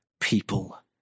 people